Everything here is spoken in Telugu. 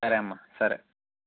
సరే అమ్మా సరే